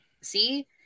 See